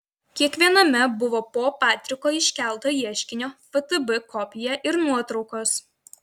kiekviename buvo po patriko iškelto ieškinio ftb kopiją ir nuotraukos